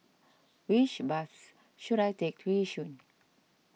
which bus should I take to Yishun